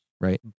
right